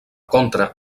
contra